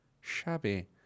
shabby